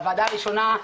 הוועדה הראשונה,